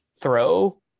throw